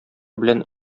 белән